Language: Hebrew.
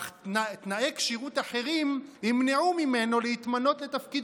אך תנאי כשירות אחרים ימנעו ממנו להתמנות לתפקיד